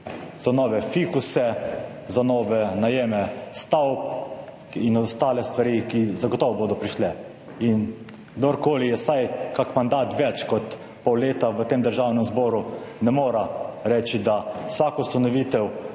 za nove fikuse, za nove najeme stavb in ostale stvari, ki bodo zagotovo prišle. In kdorkoli je vsaj kak mandat več kot pol leta v Državnem zboru, ne more reči, da pri ustanovitvi